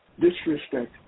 disrespect